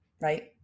right